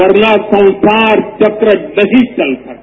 वर्ना संसार चक्र नहीं चल सकता